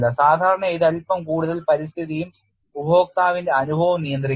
സാധാരണയായി ഇത് അല്പം കൂടുതൽ പരിസ്ഥിതിയും ഉപയോക്താവിന്റെ അനുഭവവും നിയന്ത്രിക്കുന്നു